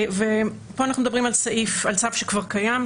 פה אנחנו מדברים על צו שכבר קיים,